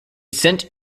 sent